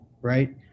right